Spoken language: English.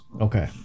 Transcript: Okay